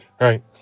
Right